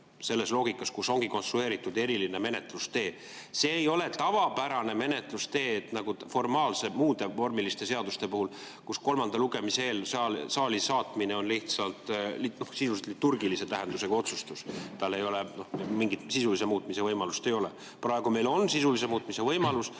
selles loogikas, kus ongi konstrueeritud eriline menetlustee. See ei ole tavapärane menetlustee nagu formaalsete muude vormiliste seaduste puhul, kus kolmanda lugemise eel saali saatmine on lihtsalt sisuliselt liturgilise tähendusega otsustus, tal ei ole mingit sisulise muutmise võimalust. Praegu meil on sisulise muutmise võimalus,